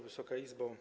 Wysoka Izbo!